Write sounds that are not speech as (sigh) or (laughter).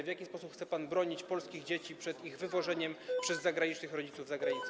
W jaki sposób chce pan bronić polskich dzieci przed ich wywożeniem (noise) przez zagranicznych rodziców za granicę?